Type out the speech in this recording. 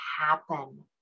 happen